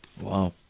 wow